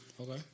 Okay